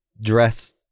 dress